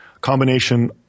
combination